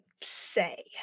say